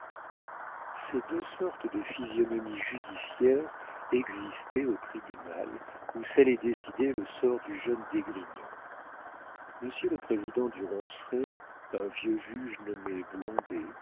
ces deux sortes de physionomies judiciaires existaient au tribunal où s'allait décider le sort du jeune d'esgrignon monsieur le président du ronceret un vieux juge nommé